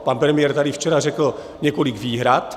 Pan premiér tady včera řekl několik výhrad.